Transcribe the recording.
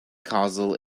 causal